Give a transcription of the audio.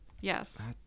Yes